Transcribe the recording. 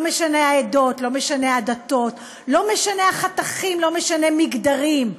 זה לא משנה, העדות, הדתות, החתכים, המגדרים,